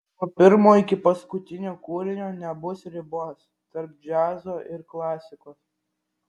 nuo pirmo iki paskutinio kūrinio nebus ribos tarp džiazo ir klasikos